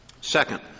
Second